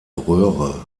röhre